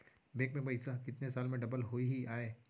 Bank में पइसा कितने साल में डबल होही आय?